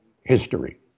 history